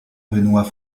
benoît